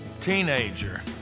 teenager